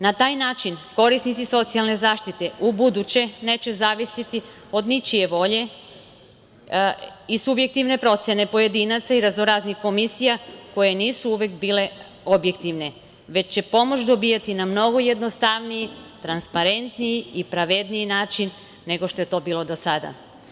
Na taj način korisnici socijalne zaštite ubuduće neće zavisiti od ničije volje i subjektivne procene pojedinaca i raznoraznih komisija, koje nisu uvek bile objektivne, već će pomoć dobijati na mnogo jednostavniji, transparentniji i pravedniji način nego što je to bilo do sada.